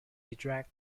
drank